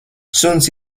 suns